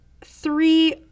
three